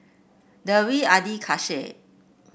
Dewi Adi Kasih